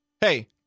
Hey